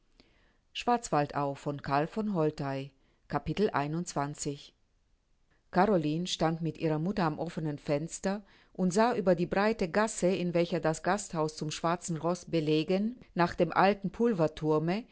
caroline stand mit ihrer mutter am offenen fenster und sah über die breite gasse in welcher das gasthaus zum schwarzen roß belegen nach dem alten pulverthurme